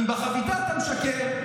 אם בחביתה אתה משקר,